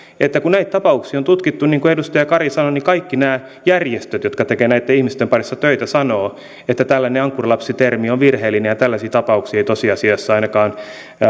kun näitä tapauksia on tutkittu niin kuin edustaja kari sanoi niin kaikki nämä järjestöt jotka tekevät näitten ihmisten parissa töitä sanovat että tällainen ankkurilapsi termi on virheellinen ja tällaisia tapauksia ei tosiasiassa ainakaan